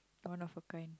one of a kind